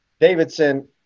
Davidson